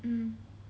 mm